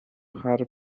her